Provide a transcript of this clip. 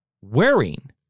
wearing